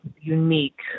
unique